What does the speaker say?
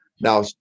Now